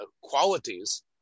qualities